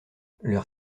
leur